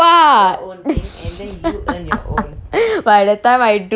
by the time I do I earn பரவாயில்லை:paravaailai it's okay